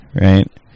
right